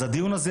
אז הדיון הזה,